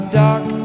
dark